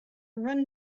run